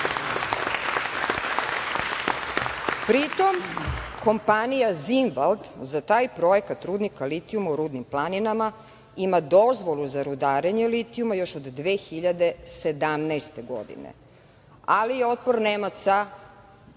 Pritom, kompanija „Zinvald“ za taj projekat rudnika litijuma u rudnim planinama ima dozvolu za rudarenje litijuma još od 2017. godine, ali je otpor Nemaca